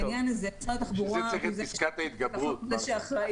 בשביל זה צריך את פסקת ההתגברות, מרגי...